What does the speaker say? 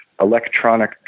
electronic